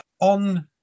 on